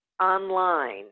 online